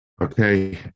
okay